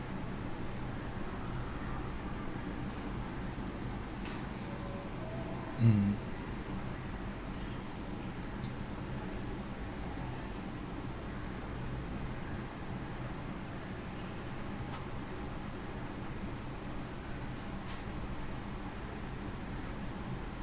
mm